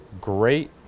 great